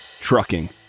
trucking